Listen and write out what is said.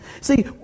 See